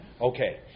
Okay